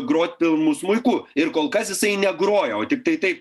grot pirmu smuiku ir kol kas jisai negroja tiktai taip